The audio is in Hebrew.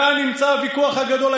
כאן נמצא הוויכוח הגדול,